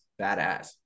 badass